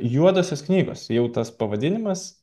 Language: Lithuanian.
juodosios knygos jau tas pavadinimas